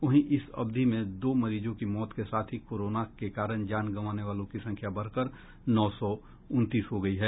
वहीं इसी अवधि में दो मरीजों की मौत के साथ ही कोरोना के कारण जान गंवाने वालों की संख्या बढ़कर नौ सौ उनतीस हो गयी है